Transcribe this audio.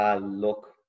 Look